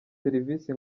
serivisi